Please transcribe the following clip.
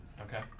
Okay